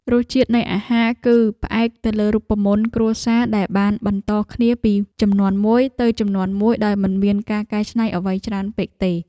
រសជាតិនៃអាហារ គឺផ្អែកទៅលើរូបមន្តគ្រួសារដែលបានបន្តគ្នាពីជំនាន់មួយទៅជំនាន់មួយដោយមិនមានការកែច្នៃអ្វីច្រើនពេកទេ។